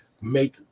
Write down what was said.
make